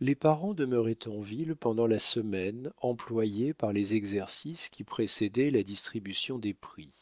les parents demeuraient en ville pendant la semaine employée par les exercices qui précédaient la distribution des prix